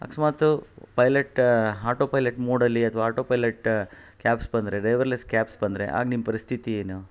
ಅಕಸ್ಮಾತು pilot auto pilot ಮೋಡಲ್ಲಿ ಅಥ್ವಾ auto pilot cabs ಬಂದರೆ ಡ್ರೈವರ್ಲೆಸ್ ಕ್ಯಾಬ್ಸ್ ಬಂದರೆ ಆಗ ನಿಮ್ಮ ಪರಿಸ್ಥಿತಿ ಏನು